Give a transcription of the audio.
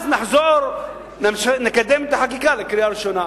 אז נחזור ונקדם את הצעת החוק לקריאה ראשונה.